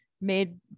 made